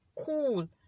cool